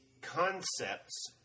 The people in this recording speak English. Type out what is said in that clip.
concepts